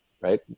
right